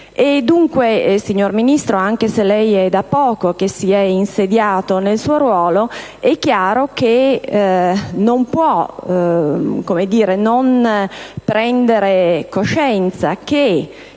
Dunque, signor Ministro, anche se da poco si è insediato nel suo ruolo, è chiaro che non può non prendere coscienza che